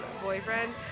boyfriend